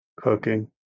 Cooking